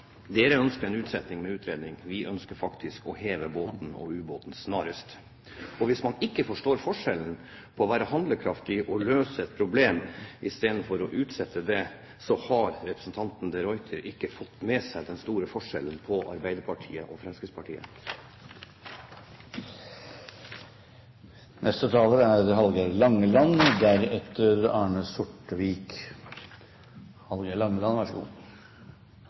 ønsker en utsetting med utredning, vi ønsker faktisk å heve ubåten snarest. Hvis man ikke forstår forskjellen på å være handlekraftig og løse et problem og å utsette det, har representanten de Ruiter ikke fått med seg den store forskjellen på Arbeiderpartiet og Fremskrittspartiet. For meg, som er